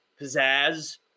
pizzazz